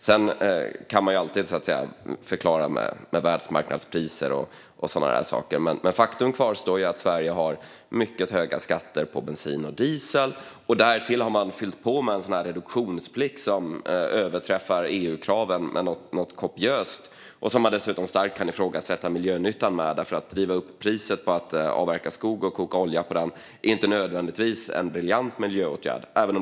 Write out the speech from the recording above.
Sedan kan man alltid förklara det med världsmarknadspriser och sådana saker. Men faktum kvarstår: Sverige har mycket höga skatter på bensin och diesel. Därtill har man fyllt på med en reduktionsplikt som överträffar EU-kraven något kopiöst. Dessutom kan dess miljönytta starkt ifrågasättas. Att driva upp priset på att avverka skog och koka olja på den är inte nödvändigtvis en briljant miljöåtgärd.